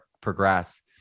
progress